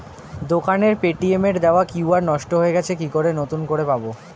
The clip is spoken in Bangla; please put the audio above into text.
দোকানের পেটিএম এর দেওয়া কিউ.আর নষ্ট হয়ে গেছে কি করে নতুন করে পাবো?